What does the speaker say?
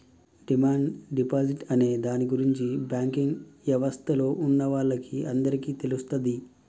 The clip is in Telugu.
డిమాండ్ డిపాజిట్ అనే దాని గురించి బ్యాంకింగ్ యవస్థలో ఉన్నవాళ్ళకి అందరికీ తెలుస్తది